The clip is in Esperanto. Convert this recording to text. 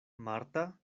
marta